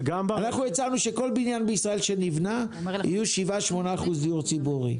אנחנו הצענו שבכל בניין בישראל שנבנה יהיו 8%-7% דיור ציבורי.